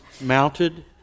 mounted